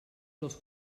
dels